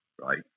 right